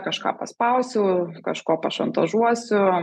kažką paspausiu kažko pašantažuosiu